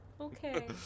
Okay